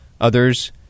Others